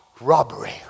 robbery